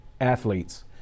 athletes